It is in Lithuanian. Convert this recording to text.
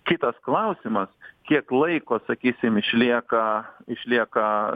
kitas klausimas kiek laiko sakysim išlieka išlieka